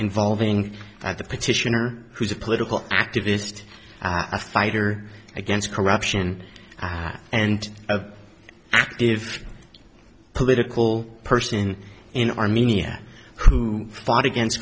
involving at the petitioner who's a political activist a fighter against corruption and active political person in armenia fight against